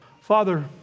Father